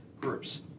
groups